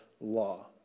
law